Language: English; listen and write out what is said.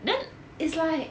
then it's like